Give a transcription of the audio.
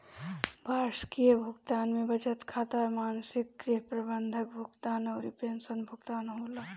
वार्षिकी भुगतान में बचत खाता, मासिक गृह बंधक भुगतान अउरी पेंशन भुगतान होला